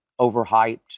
overhyped